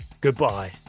goodbye